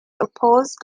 opposed